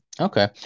Okay